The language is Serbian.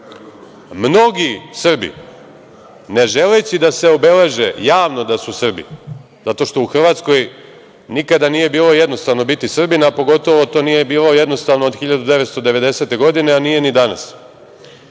Srbi ne želeći da se obeleže javno da su Srbi zato što u Hrvatskoj nikada nije bilo jednostavno biti Srbin, a pogotovo to nije bilo jednostavno od 1990. godine, a nije ni danas,